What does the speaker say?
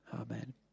amen